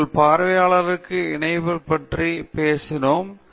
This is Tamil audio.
உங்கள் பார்வையாளர்களுடன் இணைப்பதைப் பற்றி நாங்கள் பேசினோம்